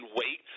wait